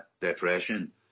depression